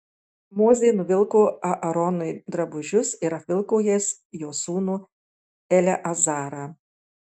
mozė nuvilko aaronui drabužius ir apvilko jais jo sūnų eleazarą